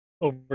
over